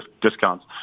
discounts